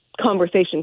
conversation